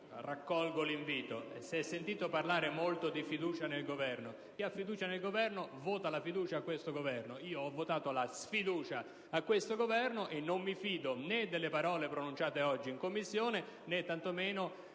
accolgo l'invito. Si è sentito parlare molto di fiducia nel Governo. Chi ha fiducia nel Governo gli vota la fiducia; io ho votato la sfiducia a questo Governo e non mi fido delle parole pronunciate oggi in Commissione, tantomeno